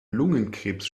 lungenkrebs